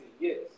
Yes